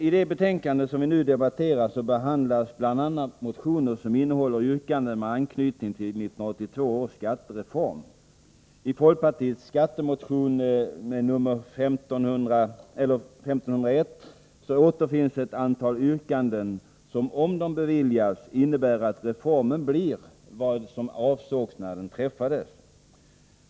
I det betänkande som vi nu debatterar behandlas bl.a. motioner som innehåller yrkanden med anknytning till 1982 års skattereform. I folkpartiets skattemotion 1983/84:1501 återfinns ett antal yrkanden som, om riksdagen bifaller dem, innebär att reformen blir vad som avsågs när överenskommelsen träffades.